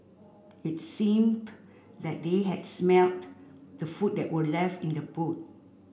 it seemed that they had smelt the food that were left in the boot